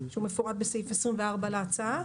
שהוא מפורט בסעיף 24 להצעה,